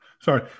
Sorry